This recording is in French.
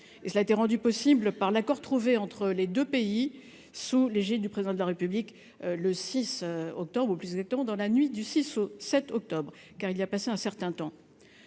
cela a été rendu possible par l'accord trouvé entre les 2 pays sous l'égide du président de la République le 6 octobre ou, plus exactement, dans la nuit du 6 au 7 octobre car il y a passé un certain temps,